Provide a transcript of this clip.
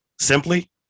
Simply